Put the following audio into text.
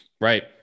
right